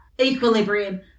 equilibrium